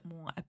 more